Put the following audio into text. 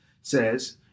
says